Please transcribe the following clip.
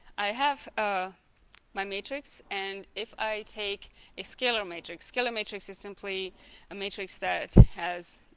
i have ah my matrix and if i take a scalar matrix scalar matrix is simply a matrix that has